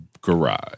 garage